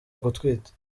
gutwita